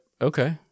Okay